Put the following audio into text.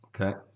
Okay